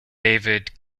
david